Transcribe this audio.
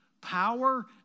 power